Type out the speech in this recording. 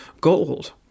gold